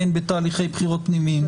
גם לבחירות המקדימות.